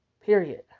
period